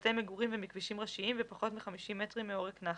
מבתי מגורים ומכבישים ראשיים ופחות מ-50 מטרים מעורק נחל.